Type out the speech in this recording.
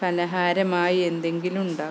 പലഹാരമായി എന്തെങ്കിലുമുണ്ടാക്കും